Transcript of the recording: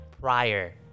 prior